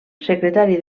secretari